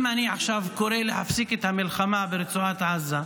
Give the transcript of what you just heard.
אם אני עכשיו קורא להפסיק את המלחמה ברצועת עזה,